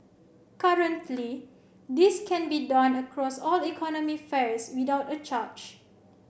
currently this can be done across all economy fares without a charge